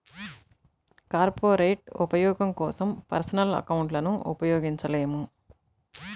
corporate ఉపయోగం కోసం personal అకౌంట్లను ఉపయోగించలేము